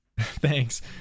Thanks